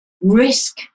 Risk